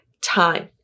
time